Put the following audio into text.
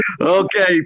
Okay